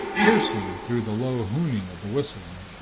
piercing through the low hooning of the whistling.